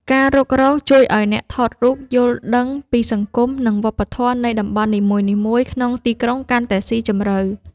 ការរុករកជួយឱ្យអ្នកថតរូបយល់ដឹងពីសង្គម និងវប្បធម៌នៃតំបន់នីមួយៗក្នុងទីក្រុងកាន់តែស៊ីជម្រៅ។